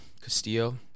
Castillo